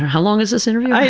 how long is this interview?